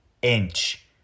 Inch